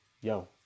yo